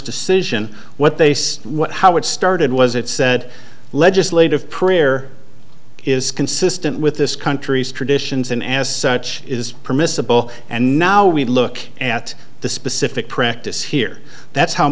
decision what they say what how it started was it said legislative prayer is consistent with this country's traditions and as such is permissible and now we look at the specific practice here that's how